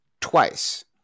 twice